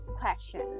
question